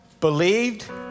believed